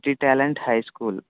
city talent high school